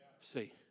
See